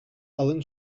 allen